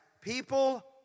People